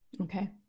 Okay